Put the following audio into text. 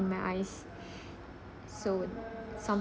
and my eyes so